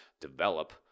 develop